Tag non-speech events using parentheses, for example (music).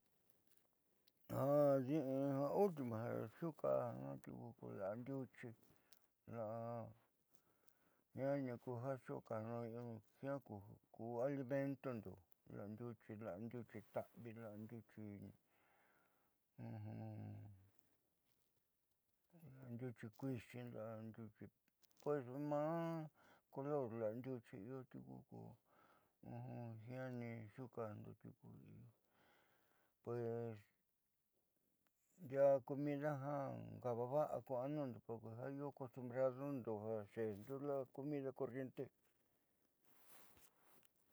Ja ultimo xukaando tiuku la'a ndiuchi la'a jiaani ki ja xukaando jiaa ku alimentundo la'a ndiuchi ndiuchi ta'avi la'a ndiuchi kiuxi la'a ndiuchi pues maá color ndiuchi iio ko jiaani xukaando tiuku pues ndia'a comida jiaa nkaava va'a ku anundo xi iio acost (hesitation) bradondo ja xeendo la'a comida corriente.